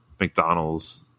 McDonald's